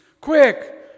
Quick